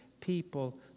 people